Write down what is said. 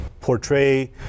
portray